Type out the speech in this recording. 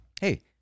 Hey